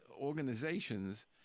organizations